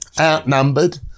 outnumbered